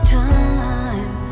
time